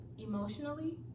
emotionally